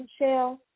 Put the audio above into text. Michelle